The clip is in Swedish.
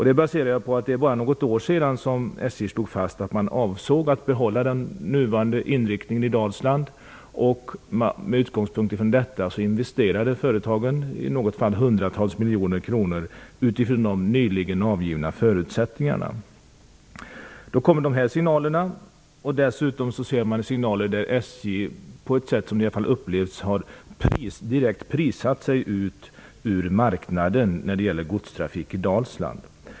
Det baserar jag på att det bara är något år sedan som SJ slog fast att man avsåg att behålla den nuvarande inriktningen i Dalsland. Med utgångspunkt ifrån detta investerade företagen i något fall hundratals miljoner kronor utifrån de nyligen avgivna förutsättningarna. Så kommer dessa signaler. Dessutom upplevs det som att SJ direkt har prissatt sig ut ur marknaden när det gäller godstrafik i Dalsland.